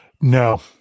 No